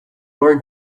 learn